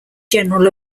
general